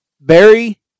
Barry